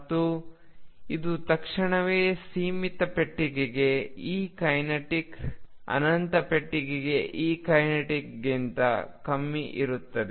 ಮತ್ತು ಇದು ತಕ್ಷಣವೇ ಸೀಮಿತ ಪೆಟ್ಟಿಗೆಗೆ Ekinetic ಅನಂತ ಪೆಟ್ಟಿಗೆಗೆ Ekineticಗಿಂತ ಕಮ್ಮಿ ಇರುತ್ತದೆ